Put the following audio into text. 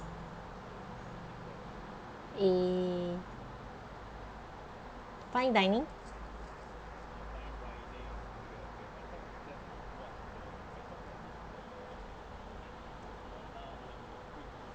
eh fine dining